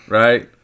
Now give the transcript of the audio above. right